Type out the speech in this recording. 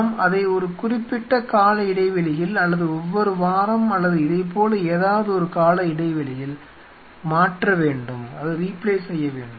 நாம் அதை ஒரு குறிப்பிட்ட கால இடைவெளியில் அல்லது ஒவ்வொரு வாரம் அல்லது இதைப்போல ஏதாவது ஒரு கால இடைவெளியில் மாற்ற வேண்டும்